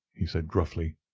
he said, gruffly.